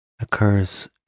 occurs